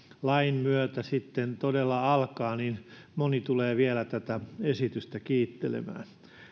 lain myötä sitten todella alkaa niin moni tulee vielä tätä esitystä kiittelemään